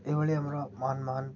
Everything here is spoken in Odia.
ଏହିଭଳି ଆମର ମହାନ ମହାନ